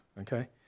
okay